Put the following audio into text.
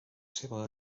seva